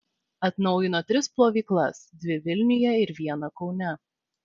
atnaujino tris plovyklas dvi vilniuje ir vieną kaune